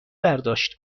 برداشت